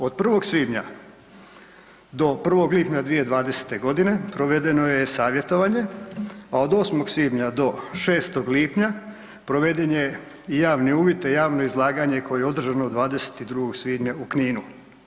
Od 1. svibnja do 1. lipnja 2020.g. provedeno je e-savjetovanje, a od 8. svibnja do 6. lipnja proveden je i javni uvid, te javno izlaganje koje je održano 22. svibnja u Kninu.